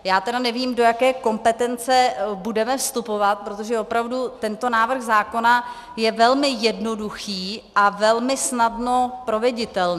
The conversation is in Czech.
Já tedy nevím, do jaké kompetence budeme vstupovat, protože opravdu tento návrh zákona je velmi jednoduchý a velmi snadno proveditelný.